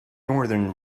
northern